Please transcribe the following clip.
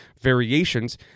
variations